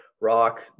rock